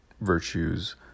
virtues